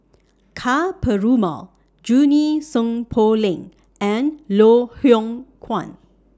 Ka Perumal Junie Sng Poh Leng and Loh Hoong Kwan